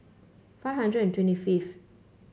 five hundred and twenty fifth